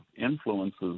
influences